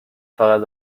فقط